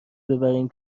ببریم